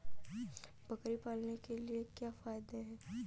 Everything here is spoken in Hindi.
बकरी पालने से क्या फायदा है?